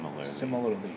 Similarly